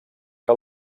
que